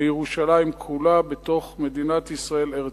לירושלים כולה בתוך מדינת ישראל, ארץ-ישראל.